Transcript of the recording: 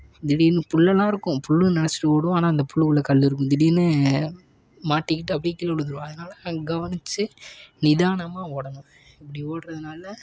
திடீர்னு புல் எல்லாம் இருக்கும் புல்லுன்னு நினச்சிட்டு ஓடுவோம் ஆனால் அந்த புல் உள்ளே கல் இருக்கும் திடீர்னு மாட்டிக்கிட்டு அப்படியே கழே விழுந்துடுவோம் அதனாலே கவனிச்சு நிதானமாக ஓடணும் இப்படி ஓடுறதுனால